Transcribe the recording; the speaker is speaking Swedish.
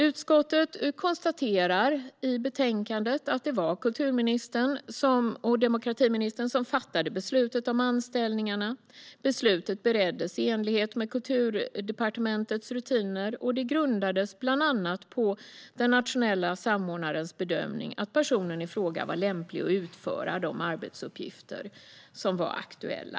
Utskottet konstaterar i betänkandet att det var kultur och demokratiministern som fattade beslutet om anställningarna. Beslutet bereddes i enlighet med Kulturdepartementets rutiner, och det grundades bland annat på den nationella samordnarens bedömning att personen i fråga var lämplig för att utföra de arbetsuppgifter som var aktuella.